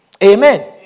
Amen